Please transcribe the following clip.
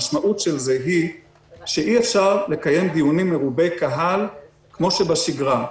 המשמעות של זה היא שאי אפשר לקיים דיונים מרובי קהל כמו בשגרה.